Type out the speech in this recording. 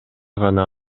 гана